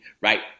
right